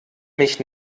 mich